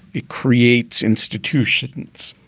it creates institutions.